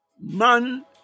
Man